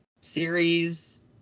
series